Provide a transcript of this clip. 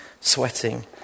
sweating